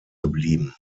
geblieben